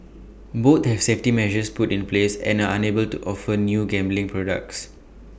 both have safety measures put in place and are unable to offer new gambling products